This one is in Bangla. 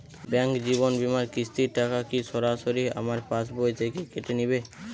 ব্যাঙ্ক জীবন বিমার কিস্তির টাকা কি সরাসরি আমার পাশ বই থেকে কেটে নিবে?